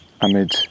amid